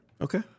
Okay